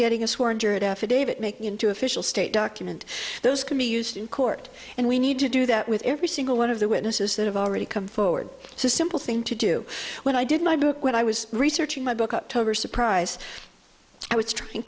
getting us were injured affidavit making into official state document those can be used in court and we need to do that with every single one of the witnesses that have already come forward so a simple thing to do when i did my book when i was researching my book october surprise i was trying